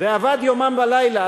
ועבד יומם ולילה,